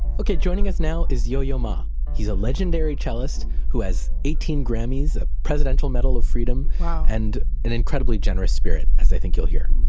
okay, joining us now is yo yo ma. he is a legendary cellist who has eighteen grammys, a presidential medal of freedom, and an incredibly generous spirit as i think you'll hear.